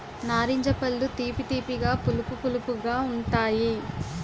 నారింజ పళ్ళు తీపి తీపిగా పులుపు పులుపుగా ఉంతాయి